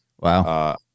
Wow